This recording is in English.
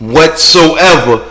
Whatsoever